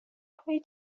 پای